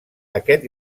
aquest